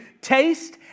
taste